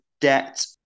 debt